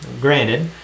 Granted